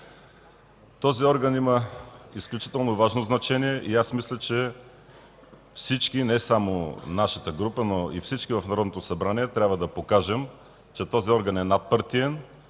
Този орган има изключително важно значение и аз мисля, че всички, не само нашата група, но и всички в Народното събрание, трябва да покажем, че този орган е надпартиен